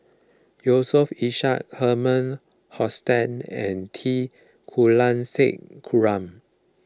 Yusof Ishak Herman Hochstadt and T Kulasekaram